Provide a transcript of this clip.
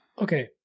Okay